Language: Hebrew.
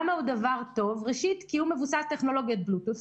כי הוא מבוסס על טכנולוגיית בלוטות',